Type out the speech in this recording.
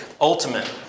ultimate